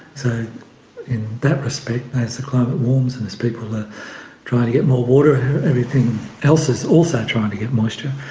so in that respect and as the climate warms and as people are trying to get more water, everything else is also trying to get moisture,